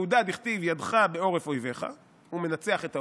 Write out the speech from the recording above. "יהודה דכתיב 'ידך בערף אויבך'" הוא מנצח את האויבים.